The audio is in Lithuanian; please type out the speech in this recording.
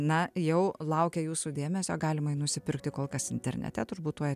na jau laukia jūsų dėmesio galima jį nusipirkti kol kas internete turbūt tuoj